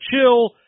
chill